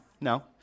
no